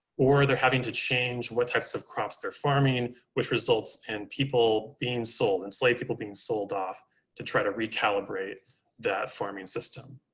or they're having to change what types of crops they're farming, which results in and people being sold, enslaved people being sold off to try to recalibrate that farming system.